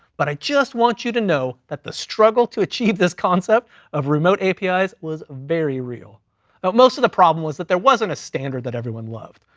but i just want you to know that the struggle to achieve this concept of remote apis was very real, but most of the problem was that there wasn't a standard that everyone loved.